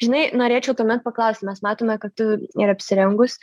žinai norėčiau tuomet paklausti mes matome kad tu ir apsirengus